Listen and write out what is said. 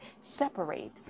separate